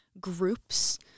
groups